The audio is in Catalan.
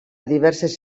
diverses